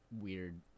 weird